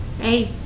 hey